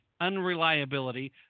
unreliability